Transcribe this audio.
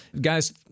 guys